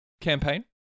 campaign